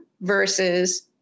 versus